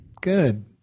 good